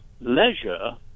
leisure